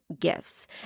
gifts